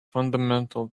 fundamental